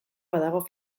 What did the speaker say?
badago